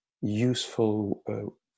useful